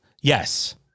yes